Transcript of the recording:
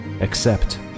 Accept